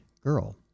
girl